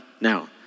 Now